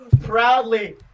Proudly